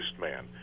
man